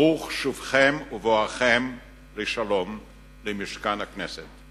ברוך שובכם ובואכם לשלום למשכן הכנסת.